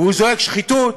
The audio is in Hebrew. והוא זועק שחיתות,